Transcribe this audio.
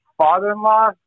father-in-law